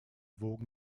wogen